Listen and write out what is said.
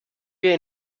wir